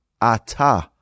Ata